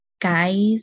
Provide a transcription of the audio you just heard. guys